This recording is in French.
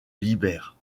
libère